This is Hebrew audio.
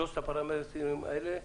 שלושת הפרמטרים האלה,